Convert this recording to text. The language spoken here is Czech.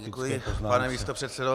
Děkuji, pane místopředsedo.